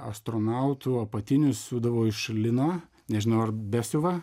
astronautų apatinius siūdavo iš lino nežinau ar besiuva